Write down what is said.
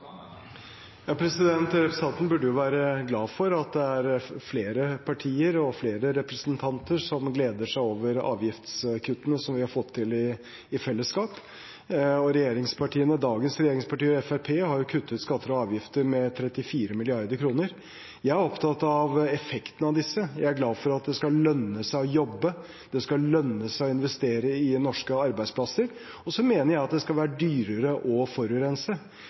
Representanten burde være glad for at det er flere partier og flere representanter som gleder seg over avgiftskuttene som vi har fått til i fellesskap. Regjeringspartiene – dagens regjeringspartier – og Fremskrittspartiet har kuttet skatter og avgifter med 34 mrd. kr. Jeg er opptatt av effekten av disse. Jeg er glad for at det skal lønne seg å jobbe, det skal lønne seg å investere i norske arbeidsplasser, og så mener jeg at det skal være dyrere å forurense.